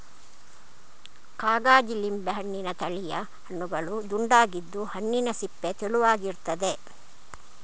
ಕಾಗಜಿ ಲಿಂಬೆ ಹಣ್ಣಿನ ತಳಿಯ ಹಣ್ಣುಗಳು ದುಂಡಗಿದ್ದು, ಹಣ್ಣಿನ ಸಿಪ್ಪೆ ತೆಳುವಾಗಿರ್ತದೆ